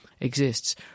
exists